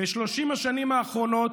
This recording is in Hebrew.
ב-30 השנים האחרונות,